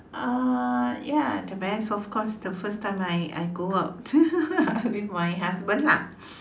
uh ya the best of course the first time I I go out with my husband lah